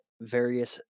various